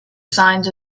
signs